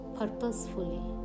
purposefully